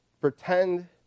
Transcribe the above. pretend